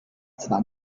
zwar